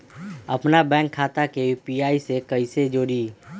अपना बैंक खाता के यू.पी.आई से कईसे जोड़ी?